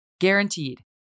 guaranteed